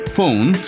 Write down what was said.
Phone